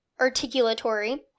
articulatory